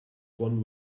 won